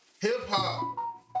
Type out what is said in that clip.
hip-hop